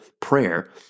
prayer